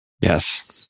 Yes